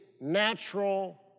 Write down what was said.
natural